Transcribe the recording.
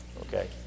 Okay